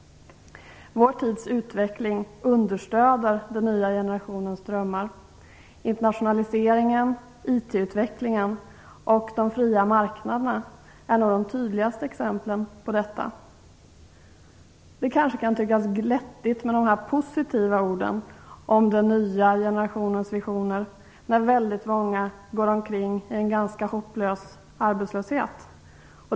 Vår tids utveckling understöder den nya generationens drömmar. Internationaliseringen, IT-utvecklingen och de fria marknaderna är nog de tydligaste exemplen på detta. Det kan kanske tyckas glättigt med dessa positiva ord om den nya generationens visioner, när väldigt många går omkring och mår dåligt i en ganska hopplös arbetslöshet.